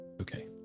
Okay